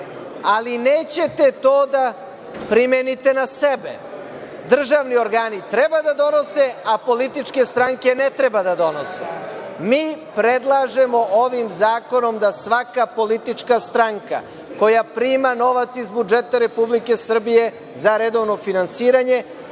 ali nećete to da primenite na sebe. Državni organi treba da donose, a političke stranke ne treba da donose. Mi predlažemo ovim zakonom da svaka politička stranka koja prima novac iz budžeta Republike Srbije za redovno finansiranje